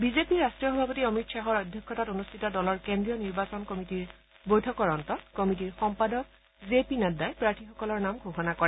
বিজেপিৰ ৰাষ্ট্ৰীয় সভাপতি অমিত শ্বাহৰ অধ্যক্ষতাত অনুষ্ঠিত দলৰ কেন্দ্ৰীয় নিৰ্বাচন কমিটিৰ বৈঠকৰ অন্তত কমিটিৰ সম্পাদক জে পি নাড্ডাই প্ৰাৰ্থীসকলৰ নাম ঘোষণা কৰে